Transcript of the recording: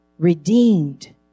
redeemed